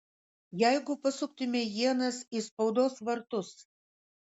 jeigu pasuktumei ienas į spaudos vartus